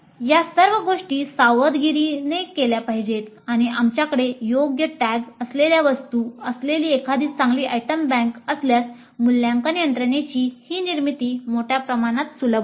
या सर्व गोष्टी सावधगिरीने केल्या पाहिजेत आणि आमच्याकडे योग्य टॅग असल्यास मूल्यांकन यंत्रणेची ही निर्मिती मोठ्या प्रमाणात सुलभ होते